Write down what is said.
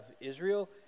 Israel